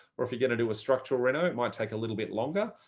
or if you're going to do a structural render, it might take a little bit longer.